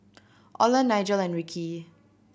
Oland Nigel and Ricky